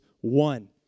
one